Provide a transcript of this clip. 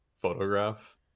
photograph